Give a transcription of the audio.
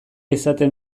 izaten